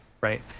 Right